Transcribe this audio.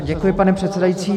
Děkuji, pane předsedající.